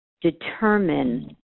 determine